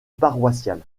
paroissiale